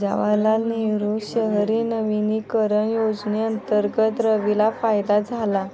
जवाहरलाल नेहरू शहरी नवीकरण योजनेअंतर्गत रवीला फायदा झाला